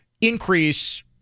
increase